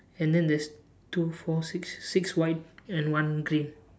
and then there's two four six six white and one green